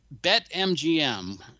BetMGM